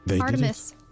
Artemis